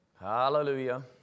hallelujah